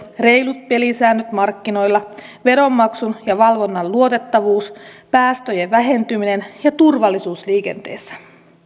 reilut pelisäännöt markkinoilla veronmaksun ja valvonnan luotettavuus päästöjen vähentyminen ja turvallisuus liikenteessä